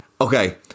okay